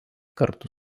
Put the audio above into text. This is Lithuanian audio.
kartu